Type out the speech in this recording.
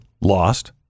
lost